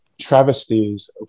travesties